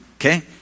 okay